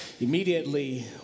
immediately